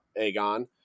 aegon